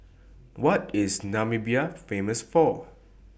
What IS Namibia Famous For